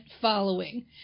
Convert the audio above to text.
following